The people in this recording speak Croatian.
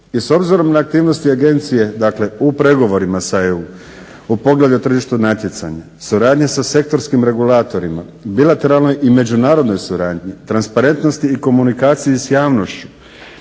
I s obzirom na aktivnosti agencije, dakle u pregovorima sa EU, u pogledu tržišnog natjecanja, suradnje sa sektorskim regulatorima, bilateralnoj i međunarodnoj suradnji, transparentnosti i komunikaciji s javnošću,